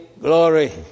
glory